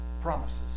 Promises